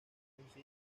consiste